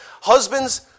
Husbands